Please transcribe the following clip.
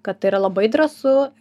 kad tai yra labai drąsu